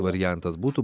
variantas būtų